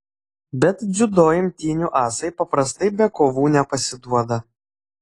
bet dziudo imtynių asai paprastai be kovų nepasiduoda